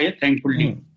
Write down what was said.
thankfully